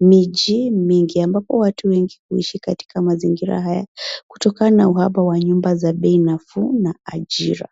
miji mingi ambapo watu wengi huishi katika mazingira haya kutokana na uhaba wa nyumba za bei nafuu na ajira.